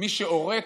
מי שעורק,